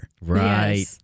Right